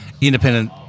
independent